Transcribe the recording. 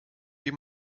wie